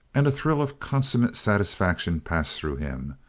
and a thrill of consummate satisfaction passed through him,